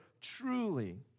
truly